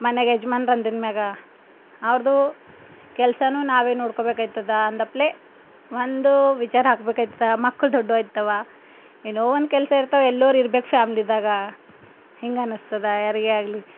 ಮನೆಗೆ ಯಜಮಾನರು ಅಂದಿದ್ಮೇಗೆ ಅವ್ರದ್ದು ಕೆಲ್ಸ ನಾವೇ ನೋಡಿಕೋಬೇಕಾಯ್ತದಂದಪ್ಲೆ ಒಂದು ವಿಚಾರಾಗಬೇಕಾಯ್ತದ ಮಕ್ಕಳು ದೊಡ್ಡವು ಆಯ್ತವ ಏನೋ ಒಂದು ಕೆಲಸ ಇರ್ತವ ಎಲ್ಲರಿರ್ಬೇಕ್ ಫ್ಯಾಮ್ಲಿದ್ದಾಗ ಹಿಂಗ ಅನಿಸ್ತದ ಯಾರಿಗೆ ಆಗಲಿ